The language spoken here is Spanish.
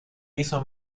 hizo